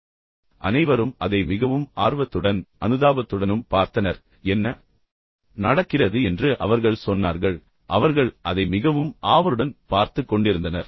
பின்னர் அனைவரும் அதை மிகவும் ஆர்வத்துடன் பார்த்தனர் பின்னர் அவர்கள் தங்கள் அனுதாபத்தைக் காட்டினர் என்ன நடக்கிறது என்று அவர்கள் சொன்னார்கள் பின்னர் அவர்கள் அதை மிகவும் ஆவலுடன் பார்த்துக் கொண்டிருந்தனர்